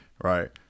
Right